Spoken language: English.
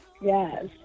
Yes